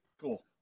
Cool